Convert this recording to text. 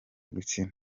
gukina